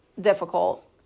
difficult